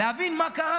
להבין מה קרה.